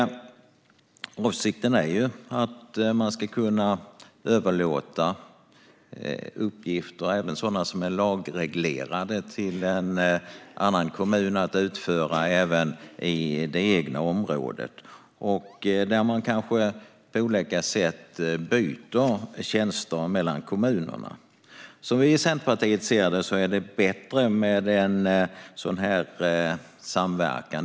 Avsikten är att man ska kunna överlåta utförandet av uppgifter, också sådana som är lagreglerade, till en annan kommun - även i det egna området, där man kanske på olika sätt byter tjänster mellan kommunerna. Som vi i Centerpartiet ser det är det bättre med en sådan samverkan.